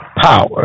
power